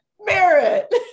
merit